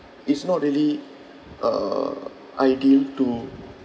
it's not really uh ideal to